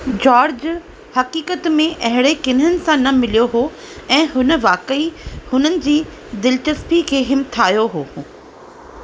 George हक़ीक़त में अहिड़े किन्हनि सां न मिलियो हो ऐं हुन वाक़ई हुन जी दिलिचस्पी खे हिमथायो हो